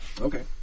Okay